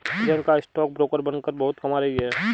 Priyanka stock broker बनकर बहुत कमा रही है